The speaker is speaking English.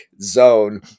zone